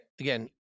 Again